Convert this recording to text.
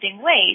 ways